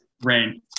Rain